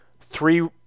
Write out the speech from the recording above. three